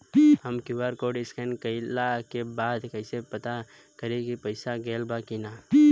हम QR code scan कइला के बाद कइसे पता करि की पईसा गेल बा की न?